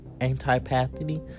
antipathy